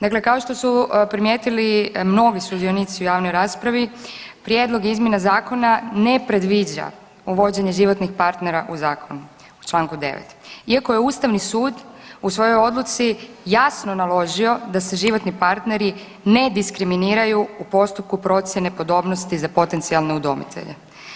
Dakle, kao što su primijetili mnogi sudionici u javnoj raspravi prijedlog izmjena i dopuna zakona ne predviđa uvođenje životnih partnera u zakon u članku 9. iako je Ustavni sud u svojoj odluci jasno naložio da se životni partneri ne diskriminiraju u postupku procjene podobnosti za potencijalne udomitelje.